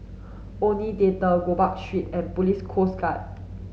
Omni Theatre Gopeng Street and Police Coast Guard